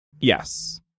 Yes